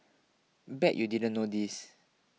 bet you didn't know this